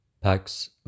Pax